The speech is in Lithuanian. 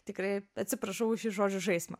tikrai atsiprašau už šį žodžių žaismą